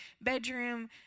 bedroom